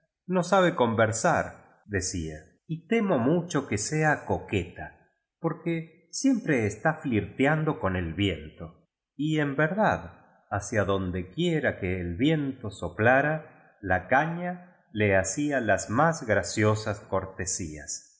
no sabe conversar deda y temo mucho que sea coqueta porque siempre está flirteando con el viento y en verdad hacia donde quiera que el viento soplara la caña té hacia las más graciosas cortesías